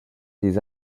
des